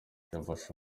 yafashe